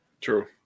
True